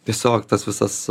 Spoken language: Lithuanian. tiesiog tas visas